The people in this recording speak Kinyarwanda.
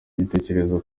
igitekerezo